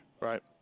Right